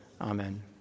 Amen